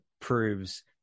proves